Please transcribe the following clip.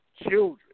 children